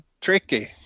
tricky